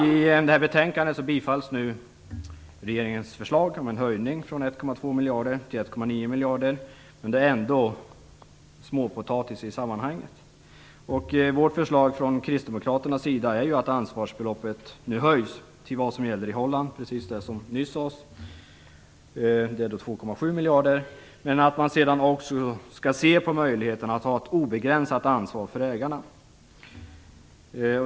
I betänkandet bifalls regeringens förslag om en höjning av ansvarsbeloppet från 1,2 till 1,9 miljarder, men det är ändå småpotatis i sammanhanget. Kristdemokraternas förslag är att ansvarsbeloppet höjs till den summa som gäller i Holland - precis det som nyss sades. Den är på 2,7 miljarder. Man skall sedan också se på möjligheterna att ha ett obegränsat ansvar för ägarna.